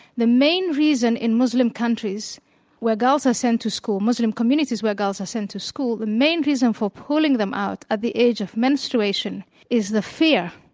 the main reason in muslim countries where girls are sent to school muslim communities where girls are sent to school, the main reason for pulling them out at the age of menstruation is the fear,